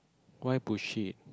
why bullshit